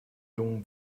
jungen